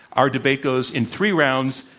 our debate goes in three rounds,